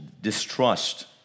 distrust